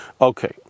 Okay